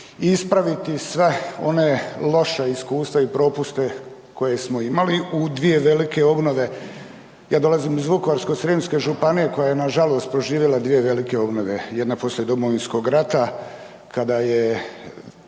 ispraviti sva ona loša iskustva i propuste koje smo imali u dvije velike obnove. Ja dolazim iz Vukovarsko-srijemske županije koja je nažalost proživjela 2 velike obnove, jedna poslije Domovinskog rata kada je